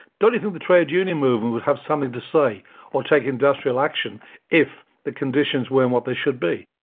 don't you think the trade union movement would have something to say or take industrial action if the conditions weren't what they should be?